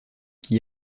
qui